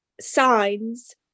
signs